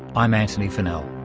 i'm antony funnell.